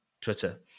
Twitter